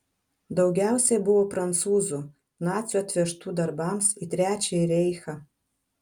daugiausiai buvo prancūzų nacių atvežtų darbams į trečiąjį reichą